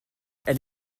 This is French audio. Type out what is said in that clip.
elle